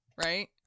Right